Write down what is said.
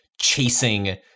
chasing